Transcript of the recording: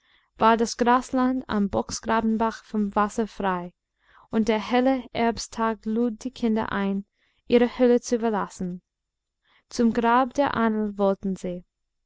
war das grasland am bocksgrabenbach vom wasser frei und der helle herbsttag lud die kinder ein ihre höhle zu verlassen zum grab der ahnl wollten sie